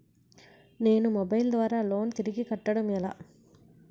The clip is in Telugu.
నేను మొబైల్ ద్వారా లోన్ తిరిగి కట్టడం ఎలా?